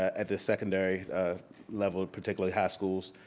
at the secondary level, particularly high schools.